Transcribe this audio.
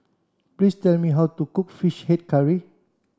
please tell me how to cook fish head curry